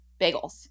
Bagels